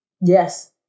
Yes